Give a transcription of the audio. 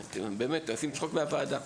באמת, אתם עושים צחוק מהוועדה.